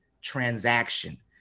transaction